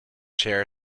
share